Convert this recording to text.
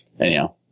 anyhow